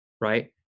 right